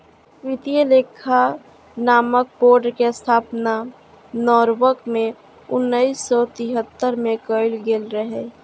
वित्तीय लेखा मानक बोर्ड के स्थापना नॉरवॉक मे उन्नैस सय तिहत्तर मे कैल गेल रहै